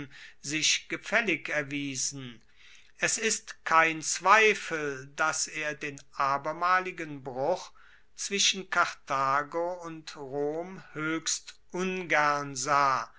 sich gefaellig erwiesen es ist kein zweifel dass er den abermaligen bruch zwischen karthago und rom hoechst ungern sah